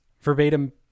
verbatim